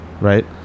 right